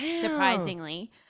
Surprisingly